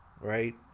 right